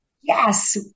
yes